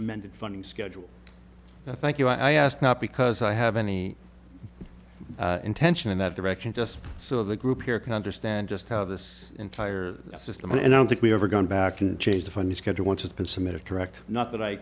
amended funding schedule thank you i ask not because i have any intention in that direction just so the group here can understand just how this entire system and i don't think we've ever gone back and changed the funny schedule once it's been submitted correct not that i